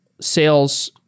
sales